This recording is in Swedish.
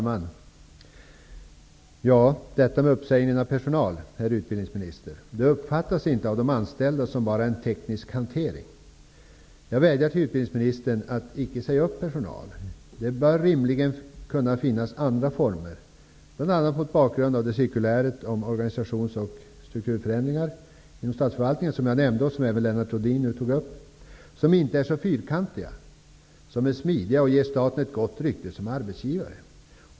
Fru talman! Uppsägningen av personal, herr utbildningsminister, uppfattas inte av de anställda som bara en teknisk hantering. Jag vädjar till utbildningsministern att icke säga upp personal. Det bör rimligen finnas andra former, bl.a. mot bakgrund av cirkuläret om organisations och strukturförändringar inom statsförvaltningen, som jag nämnde och som även Lennart Rohdin nu tog upp, som inte är så fyrkantiga, som är smidiga och som ger staten ett gott rykte som arbetsgivare.